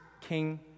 king